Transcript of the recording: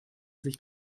sich